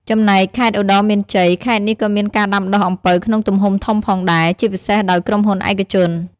ចំណែកខេត្តឧត្តរមានជ័យ ខេត្តនេះក៏មានការដាំដុះអំពៅក្នុងទំហំធំផងដែរ ជាពិសេសដោយក្រុមហ៊ុនឯកជន។